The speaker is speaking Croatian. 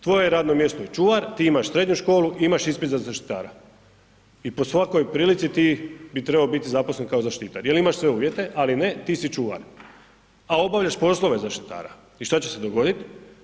Tvoje je radno mjesto čuvar, ti imaš srednju školu, imaš ispit za zaštitara i po svakoj prilici ti bi trebo bit zaposlen kao zaštitar jel imaš sve uvjete, ali ne ti si čuvar, a obavljaš poslove zaštitara i šta će se dogodit?